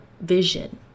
vision